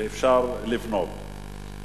ואפשר לבנות.